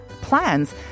plans